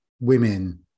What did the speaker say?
women